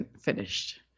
finished